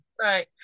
Right